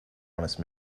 honest